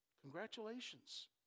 Congratulations